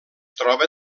troba